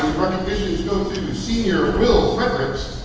go to senior will fredricks,